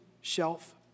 shelf